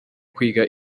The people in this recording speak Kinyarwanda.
kwiga